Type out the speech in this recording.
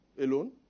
alone